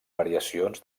variacions